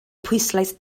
pwyslais